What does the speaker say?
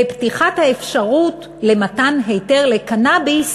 בפתיחת האפשרות למתן היתר לקנאביס